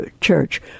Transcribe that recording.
church